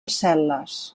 cel·les